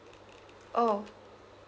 oh